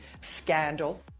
scandal